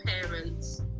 parents